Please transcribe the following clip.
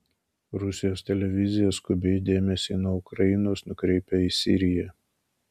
rusijos televizija skubiai dėmesį nuo ukrainos nukreipia į siriją